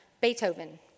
Beethoven